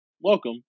Welcome